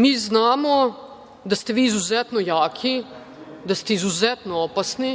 Mi znamo da ste vi izuzetno jaki, da ste izuzetno opasni